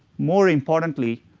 more importantly,